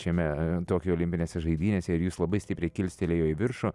šiame tokijo olimpinėse žaidynėse ir jus labai stipriai kilstelėjo į viršų